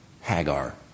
Hagar